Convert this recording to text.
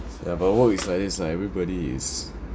ya but work is like this lah everybody is